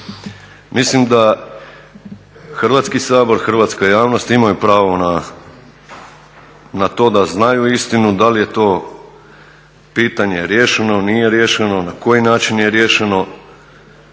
Mislim da Hrvatski sabor, hrvatska javnost imaju pravo na to da znaju istinu da li je to pitanje riješeno, nije riješeno, na koji način je riješeno.